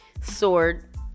sword